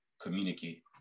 communicate